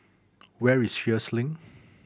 where is Sheares Link